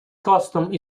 costume